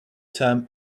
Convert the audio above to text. term